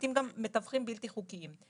לעתים גם מתווכים בלתי חוקיים.